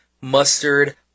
mustard